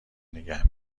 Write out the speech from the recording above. نگه